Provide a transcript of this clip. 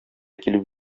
килеп